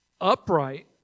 upright